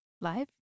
live